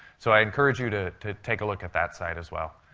so i encourage you to to take a look at that site as well.